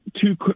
two